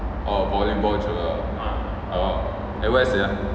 oh volleyball joel ah